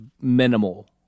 minimal